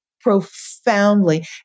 profoundly